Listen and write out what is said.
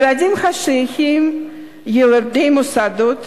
ילדים שהיו "ילדי מוסדות"